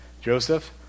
Joseph